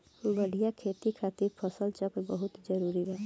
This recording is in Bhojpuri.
बढ़िया खेती खातिर फसल चक्र बहुत जरुरी बा